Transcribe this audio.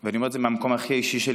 ואני אומר את זה מהמקום הכי אישי שלי,